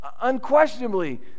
Unquestionably